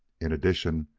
in addition,